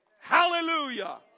Hallelujah